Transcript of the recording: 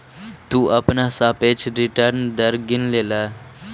तु अपना सापेक्ष रिटर्न दर गिन लेलह